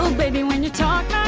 maybe win the top